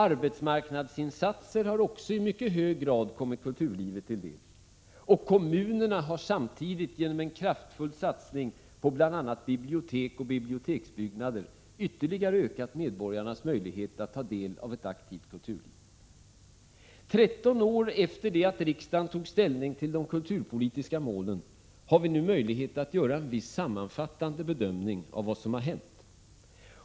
Arbetsmarknadsinsatser har också i mycket hög grad kommit kulturlivet till del. Kommunerna har samtidigt genom en kraftfull satsning på bl.a. bibliotek och biblioteksbyggnader ytterligare ökat medborgarnas möjligheter att ta del av ett aktivt kulturliv. 13 år efter det att riksdagen tog ställning till de kulturpolitiska målen har vi nu möjlighet att göra en viss sammanfattande bedömning av vad som har hänt.